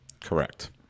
Correct